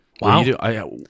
Wow